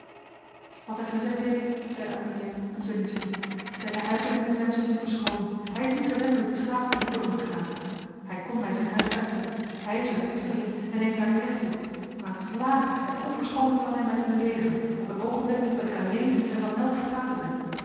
wat hij gezegd heeft zeide amelia doet er niets toe zijne uitdrukkingen zijn misschien te verschoonen hij is niet gewend met beschaafde lieden om te gaan hij kon mij zijn huis uitzetten hij is er meester in en heeft daar het recht toe maar het is laag en onverschoonlijk van hem mij te beleedigen op een oogenblik dat ik alleen en van elk verlaten ben